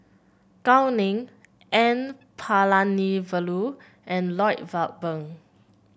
Gao Ning N Palanivelu and Lloyd Valberg